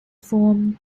form